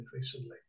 recently